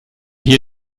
hier